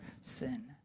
sin